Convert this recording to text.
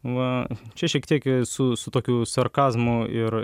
va čia šiek tiek esu su tokiu sarkazmu ir